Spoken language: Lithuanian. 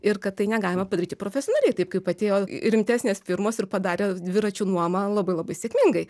ir kad tai negalima padaryti profesionaliai taip kaip atėjo rimtesnės firmos ir padarė dviračių nuomą labai labai sėkmingai